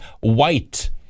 white